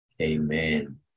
amen